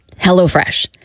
HelloFresh